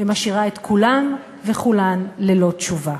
ומשאירה את כולם וכולן ללא תשובה.